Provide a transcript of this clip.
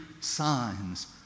signs